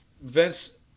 Vince